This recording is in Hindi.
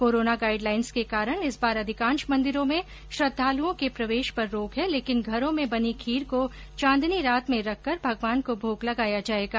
कोरोना गाइडलाइन्स के कारण इस बार अधिकांश मंदिरों में श्रद्वालुओं के प्रवेश पर रोक है लेकिन घरों में बनी खीर को चांदनी रात में रखकर भगवान को भोग लगाया जाएगा